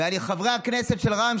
וחברי הכנסת של רע"מ,